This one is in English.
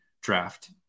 draft